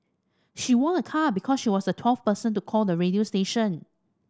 she won a car because she was the twelfth person to call the radio station